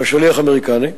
השליח האמריקני.